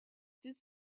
does